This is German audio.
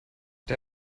der